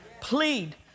Plead